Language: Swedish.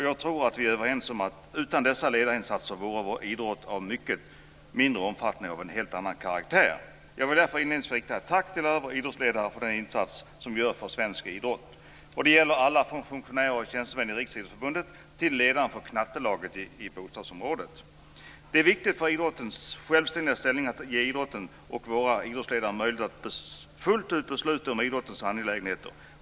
Jag tror att vi är överens om att utan dessa ledarinsatser vore vår idrott av mycket mindre omfattning och av en helt annan karaktär. Jag vill därför inledningsvis rikta ett tack till alla våra idrottsledare för den insats de gör för svensk idrott. Det gäller alla från funktionärer och tjänstemän i Riksidrottsförbundet till ledaren för knattelaget i bostadsområdet. Det är viktigt för idrottens självständiga ställning att ge idrotten och våra idrottsledare möjlighet att fullt ut besluta om idrottens angelägenheter.